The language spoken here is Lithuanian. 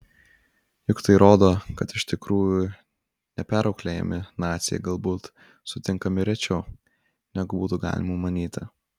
juk tai rodo kad iš tikrųjų neperauklėjami naciai galbūt sutinkami rečiau negu būtų galima manyti